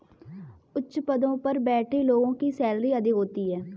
उच्च पदों पर बैठे लोगों की सैलरी अधिक होती है